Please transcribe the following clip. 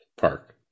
park